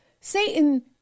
Satan